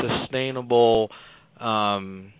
sustainable